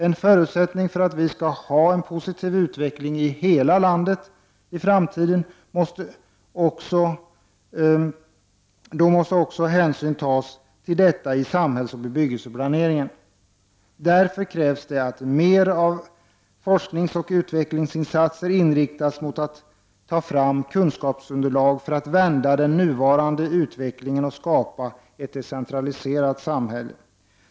En förutsättning för att vi skall ha en positiv utveckling i hela landet i framtiden är att hänsyn tas till detta i samhällsoch bebyggelseplaneringen. Därför krävs det att mer av FOU-insatserna inriktas mot att ta fram kunskapsunderlag för att vända den nuvarande utvecklingen och skapa ett decentraliserat samhälle.